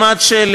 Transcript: גם את,